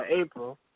April